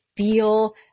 feel